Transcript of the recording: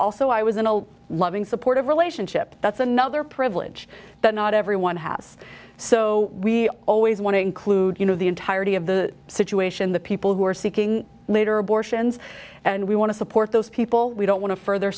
also i was in a loving supportive relationship that's another privilege that not everyone has so we always want to include you know the entirety of the situation the people who are seeking later abortions and we want to support those people we don't want to further